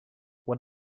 what